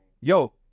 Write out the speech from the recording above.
Yo